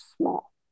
small